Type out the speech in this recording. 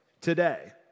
today